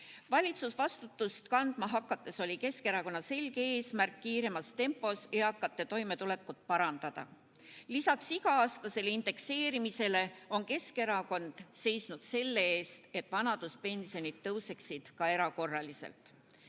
Valitsusvastutust kandma hakates oli Keskerakonna selge eesmärk kiiremas tempos eakate toimetulekut parandada. Lisaks iga-aastasele indekseerimisele on Keskerakond seisnud selle eest, et vanaduspensionid tõuseksid ka erakorraliselt.